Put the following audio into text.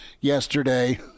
yesterday